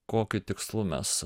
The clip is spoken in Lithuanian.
kokiu tikslu mes